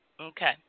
Okay